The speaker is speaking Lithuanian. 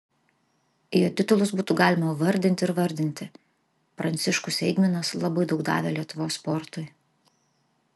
jo titulus būtų galima vardinti ir vardinti pranciškus eigminas labai daug davė lietuvos sportui